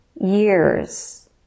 years